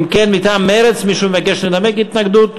אם כן, מטעם מרצ, מישהו מבקש לנמק התנגדות?